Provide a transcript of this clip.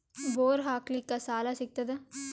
Bore ಹಾಕಲಿಕ್ಕ ಸಾಲ ಸಿಗತದ?